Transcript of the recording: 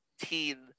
teen